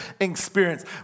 experience